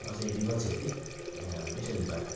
म चाहिँ विमल छेत्री यहाँ मिसनहिलबाट